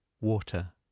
water